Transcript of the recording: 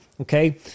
Okay